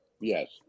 Yes